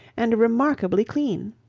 and remarkably clean.